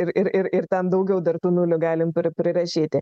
ir ir ir ir ten daugiau dar tų nulių gali prirašyti